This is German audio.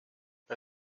bei